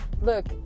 look